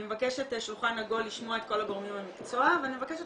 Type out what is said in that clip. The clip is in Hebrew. אני מבקשת שולחן עגול לשמוע את כל גורמי המקצוע ואני מבקשת